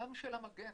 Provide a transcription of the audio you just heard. שם של המגן